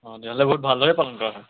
অঁ তেনেহ'লে বহুত ভালদৰেই পালন কৰা হয়